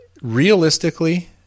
realistically